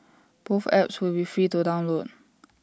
both apps will be free to download